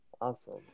Awesome